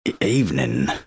Evening